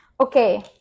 okay